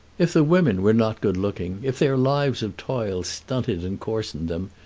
if the women were not good-looking, if their lives of toil stunted and coarsened them,